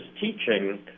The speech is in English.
teaching